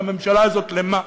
כממשלה הזאת למה?